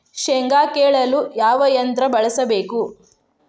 ಶೇಂಗಾ ಕೇಳಲು ಯಾವ ಯಂತ್ರ ಬಳಸಬೇಕು?